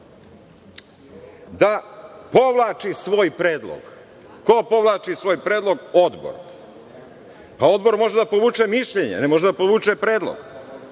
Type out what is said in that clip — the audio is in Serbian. da povlači svoj predlog. Ko povlači svoj predlog? Odbor. Pa, Odbor može da povuče mišljenje, a ne može da povuče predlog.